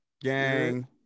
gang